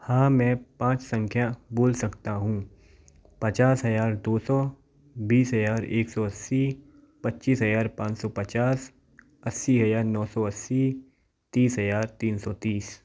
हाँ मैं पाँच संख्या बोल सकता हूँ पचास हजार दो सौ बीस हजार एक सौ अस्सी पच्चीस हजार पाँच सौ पचास अस्सी हजार नौ सौ अस्सी तीस हजार तीन सौ तीस